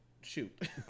shoot